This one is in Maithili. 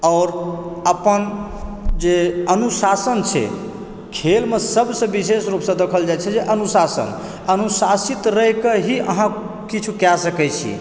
आओर अपन जे अनुशासन छै खेलमे सबसँ विशेष रूपसँ देखल जाइ छै जे अनुशासन अनुशासित रहि कऽ ही अहाँ किछु कए सकैत छी